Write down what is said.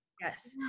Yes